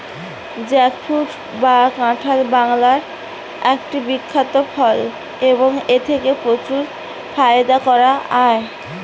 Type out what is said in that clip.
jackfruit বা কাঁঠাল বাংলার একটি বিখ্যাত ফল এবং এথেকে প্রচুর ফায়দা করা য়ায়